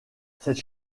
cette